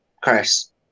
Chris